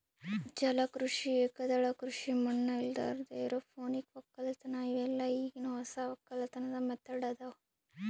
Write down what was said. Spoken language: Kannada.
ಜಲ ಕೃಷಿ, ಏಕದಳ ಕೃಷಿ ಮಣ್ಣ ಇರಲಾರ್ದೆ ಎರೋಪೋನಿಕ್ ವಕ್ಕಲತನ್ ಇವೆಲ್ಲ ಈಗಿನ್ ಹೊಸ ವಕ್ಕಲತನ್ ಮೆಥಡ್ ಅದಾವ್